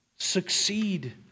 succeed